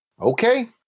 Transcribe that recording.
Okay